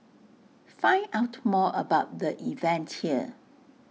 find out more about the event here